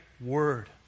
word